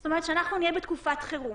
זאת אומרת, כשאנחנו נהיה בתקופת חירום,